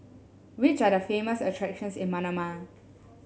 which are the famous attractions in Manama